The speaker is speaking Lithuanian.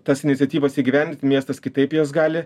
tas iniciatyvas įgyvendint miestas kitaip jas gali